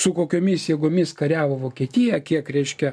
su kokiomis jėgomis kariavo vokietija kiek reiškia